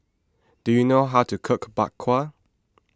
do you know how to cook Bak Kwa